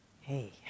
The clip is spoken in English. Hey